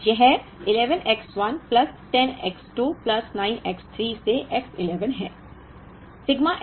तो यह 11 X 1 plus 10 X 2 plus 9 X 3 से X 11 है